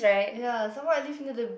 ya some more I live near the